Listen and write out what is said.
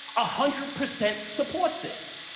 ah hundred percent supports this,